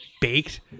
baked